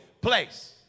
place